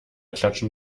klatschen